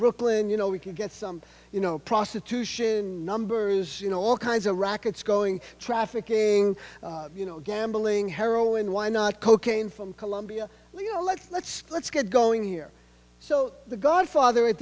brooklyn you know we can get some you know prostitution numbers you know all kinds of rackets going to trafficking you know gambling heroin why not cocaine from colombia you know let's let's let's get going here so the godfather at